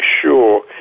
sure